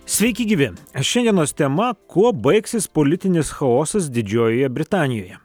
sveiki gyvi šiandienos tema kuo baigsis politinis chaosas didžiojoje britanijoje